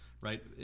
Right